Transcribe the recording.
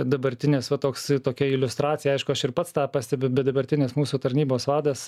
dabartinės va toks tokia iliustracija aišku aš ir pats tą pastebiu bet dabartinės mūsų tarnybos vadas